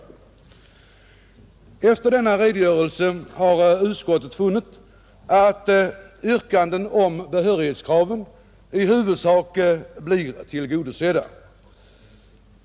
Efter denna redogörelse har utskottet funnit att yrkandena om behörighetskraven i huvudsak blir tillgodosedda.